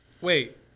Wait